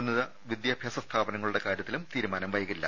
ഉന്നത വിദ്യാഭ്യാസ സ്ഥാപനങ്ങളുടെ കാര്യത്തിലും തീരുമാനം വൈകില്ല